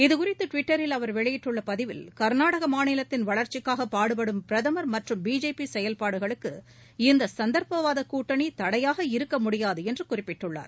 இது குறித்து டிவிட்டரில் அவர் வெளியிட்டுள்ள பதிவில் கர்நாடக மாநிலத்தின் வளர்ச்சிக்காக பாடுபடும் பிரதம் மற்றும் பிஜேபி செயல்பாடுகளுக்கு இந்த சந்தர்ப்பவாத கூட்டணி தடையாக இருக்க முடியாது என்று குறிப்பிட்டுள்ளார்